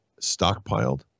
stockpiled